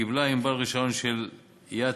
קיבלה "ענבל" רישיון של IATA,